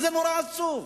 זה נורא עצוב,